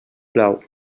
plau